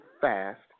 fast